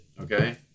Okay